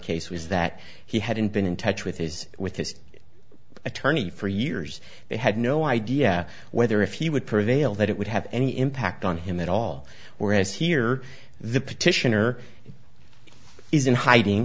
case was that he hadn't been in touch with his with his attorney for years they had no idea whether if he would prevail that it would have any impact on him at all whereas here the petitioner is in hiding